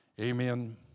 amen